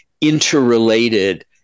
interrelated